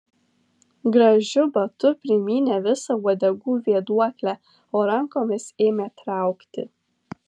gražiu batu primynė visą uodegų vėduoklę o rankomis ėmė traukti